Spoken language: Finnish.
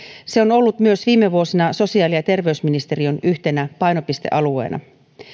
se on ollut viime vuosina myös sosiaali ja terveysministe riön yhtenä painopistealueena